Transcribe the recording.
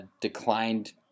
declined